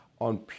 on